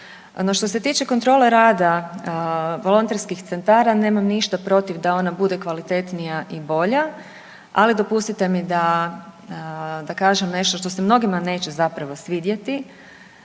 što se tiče kontrole rada volonterskih centara nemam ništa protiv da ona bude kvalitetnija i bolja, ali dopustite mi da, da kažem nešto što se mnogima neće zapravo svidjeti.